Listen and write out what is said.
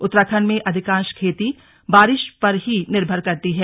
उत्तराखंड में अधिकांश खेती बारिश पर ही निर्भर करती है